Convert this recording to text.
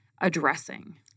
addressing